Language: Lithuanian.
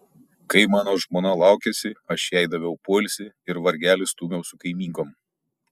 kai mano žmona laukėsi aš jai daviau poilsį ir vargelį stūmiau su kaimynkom